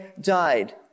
died